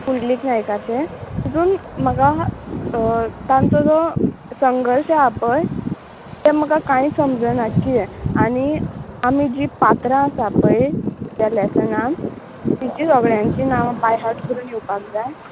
पुंडलीक नायकाचे तितून म्हाका तांचो जो संघर्श आसा पळय तें म्हाका कांयच समजना कितें आनी आमी जी पात्रां आसा पळय त्या लॅसनान तेंची सोगळ्यांची नांवां बायहाट करून येवपाक जाय